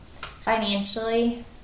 Financially